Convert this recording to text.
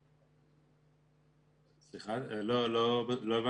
סליחה, לא הבנתי.